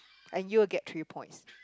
and you'll get three points